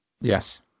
yes